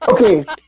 Okay